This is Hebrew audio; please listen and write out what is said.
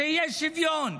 שיהיה שוויון.